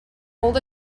old